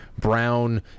brown